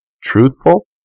truthful